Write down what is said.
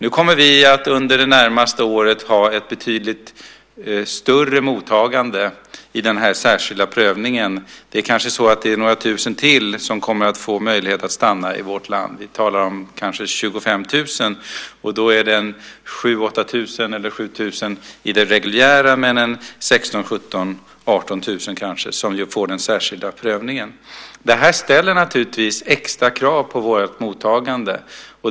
Under det närmaste året kommer vi att ha en betydligt större mottagande i den här särskilda prövningen. Det är kanske några tusen till som kommer att få möjlighet att stanna i vårt land. Vi talar om kanske 25 000, och då är det 7 000 i den reguljära prövningen och 16 000-18 000 som får den särskilda prövningen. Det här ställer naturligtvis extra krav på vårt mottagande.